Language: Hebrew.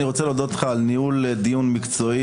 אני מודה לך על ניהול דיון מקצועי,